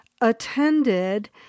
attended